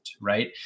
right